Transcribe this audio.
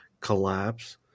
collapse